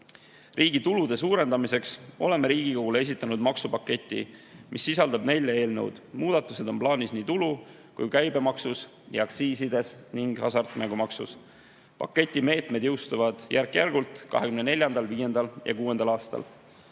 Riigi tulude suurendamiseks oleme Riigikogule esitanud maksupaketi, mis sisaldab nelja eelnõu. Muudatused on plaanis nii tulu- kui ka käibemaksus ja aktsiisides ning hasartmängumaksus. Paketi meetmed jõustuvad järk-järgult 2024., 2025. ja 2026. aastal.